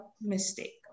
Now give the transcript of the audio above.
mistake